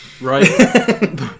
Right